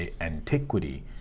antiquity